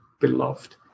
beloved